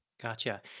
Gotcha